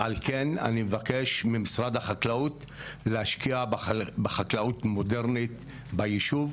על כן אני מבקש ממשרד החקלאות להשקיע בחקלאות מודרנית ביישוב.